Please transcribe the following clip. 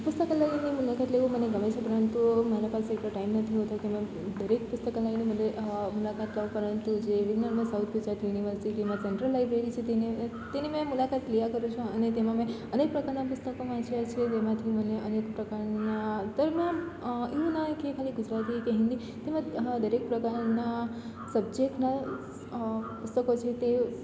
પુસ્તક અને લેખક લોકો મને ગમે છે પરંતુ મારા પાસે એટલો ટાઈમ નથી હોતો કે દરેક પુસ્તક અને એને બદલે મુલાકાત લઉં પરંતુ જે વિનરને સૌથી જત યુનિવર્સિટીમાં સેન્ટ્રલ લાઇબ્રેરી છે તેને તેની મેં મુલાકાત લેયા કરું છું અને તેનામાં અનેક પ્રકારના પુસ્તકો હોય છે જે બેમાંથી મને અનેક પ્રકારના તોય મને એવું ના હોય કે ખાલી ગુજરાતી કે હિન્દી તેમાં દરેક પ્રકારના સબ્જેક્ટના પુસ્તકો છે તે